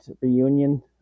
reunion